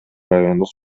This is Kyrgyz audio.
райондук